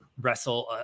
wrestle